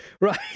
right